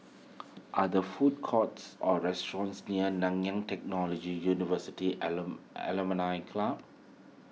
are there food courts or restaurants near Nanyang Technological University Alum Club